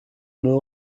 nur